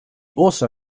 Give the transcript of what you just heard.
also